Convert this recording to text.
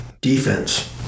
defense